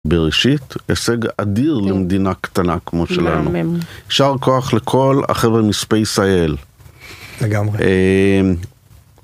בראשית, הישג אדיר למדינה קטנה כמו שלנו, מהמם. יישר כוח לכל החבר'ה מ space.il. לגמרי.